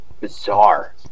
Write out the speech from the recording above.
bizarre